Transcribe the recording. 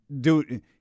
dude